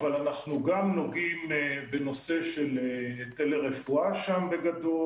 אבל אנחנו גם נוגעים בנושא של רפואה בגדול,